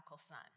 son